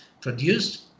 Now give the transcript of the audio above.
produced